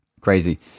crazy